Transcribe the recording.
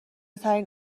ترین